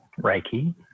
Reiki